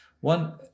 One